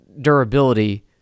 durability